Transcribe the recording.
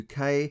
UK